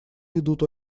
идут